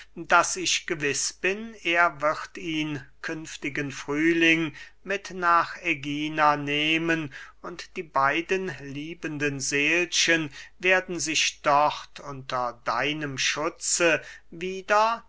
daß ich gewiß bin er wird ihn künftigen frühling mit nach ägina nehmen und die beiden liebenden seelchen werden sich dort unter deinem schutze wieder